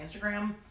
Instagram